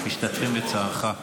משתתפים בצערך.